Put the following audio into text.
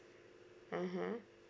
mmhmm